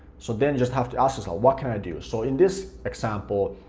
so then just have to ask yourself, what can i do? so in this example,